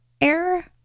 Error